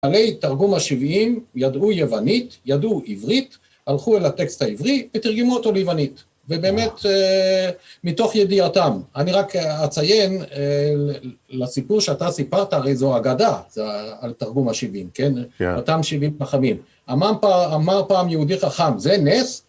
עלי תרגום השבעים, ידעו יוונית, ידעו עברית, הלכו אל הטקסט העברי, ותרגמו אותו ליוונית. ובאמת, מתוך ידיעתם. אני רק אציין לסיפור שאתה סיפרת, הרי זו אגדה, זה על תרגום השבעים, כן? אותם שבעים חכמים. אמר פעם יהודי חכם, זה נס?